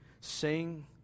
sing